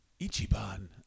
Ichiban